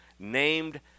named